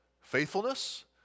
faithfulness